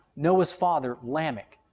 noah's father, lamech,